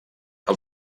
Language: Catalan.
els